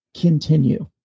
continue